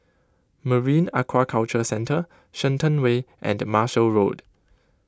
Marine Aquaculture Centre Shenton Way and Marshall Road